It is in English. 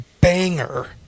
banger